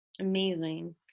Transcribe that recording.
Amazing